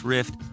Rift